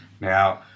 Now